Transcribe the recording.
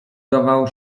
dawał